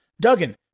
Duggan